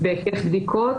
בהיקף בדיקות,